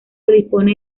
dispone